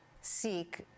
seek